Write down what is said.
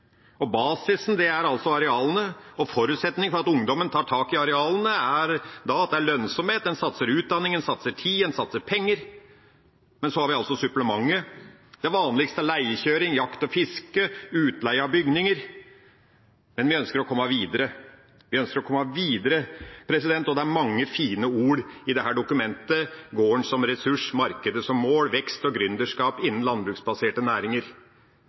Basisen er altså arealene, og forutsetningen for at ungdommen tar tak i arealene er at det er lønnsomhet. En satser på utdanning, en satser tid, og en satser penger. Og så har vi supplement. Det vanligste er leiekjøring, jakt og fiske og utleie av bygninger, men vi ønsker å komme videre. Vi ønsker å komme videre, og det er mange fine ord i dette dokumentet: «Garden som ressurs – marknaden som mål. Vekst og gründerskap innan landbruksbaserte